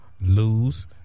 lose